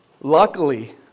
Luckily